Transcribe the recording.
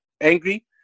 angry